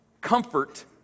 comfort